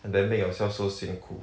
and then make yourself so 辛苦